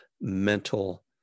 mental